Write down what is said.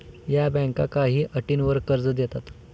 या बँका काही अटींवर कर्ज देतात